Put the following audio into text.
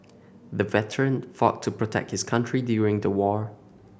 the veteran fought to protect his country during the war